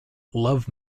love